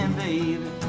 baby